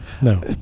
No